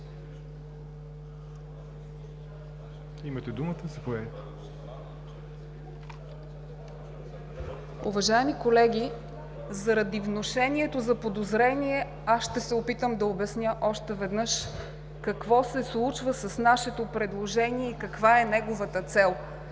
(ГЕРБ): Уважаеми колеги, заради внушението за подозрение ще се опитам да обясня още веднъж какво се случва с нашето предложение и каква е неговата цел.